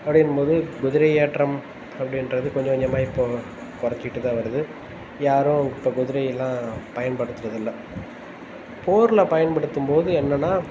அப்படிங்கும்போது குதிரை ஏற்றம் அப்படின்றது கொஞ்சம் கொஞ்சமாக இப்போ குறச்சிக்கிட்டு தான் வருது யாரும் இப்போ குதிரை எல்லாம் பயன்படுத்துகிறது இல்லை போரில் பயன்படுத்தும் போது என்னனா